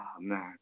man